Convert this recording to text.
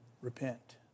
repent